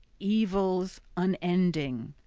evils unending.